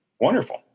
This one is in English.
Wonderful